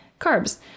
carbs